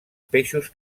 peixos